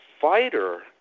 fighter